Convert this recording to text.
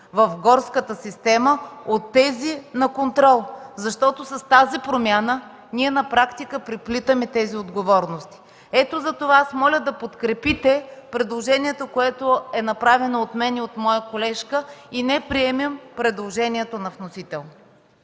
в горската система от тези на контрол, защото с тази промяна на практика ние преплитаме тези отговорности. Затова моля да подкрепите предложението, направено от мен и моята колежка, и да не приемем предложението на вносителя.